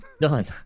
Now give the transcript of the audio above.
Done